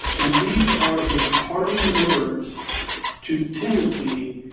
and these are his parting words to timothy,